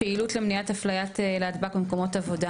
פעילות למניעת אפליית להטב"ק במקומות עבודה.